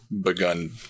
begun